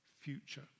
future